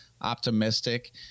optimistic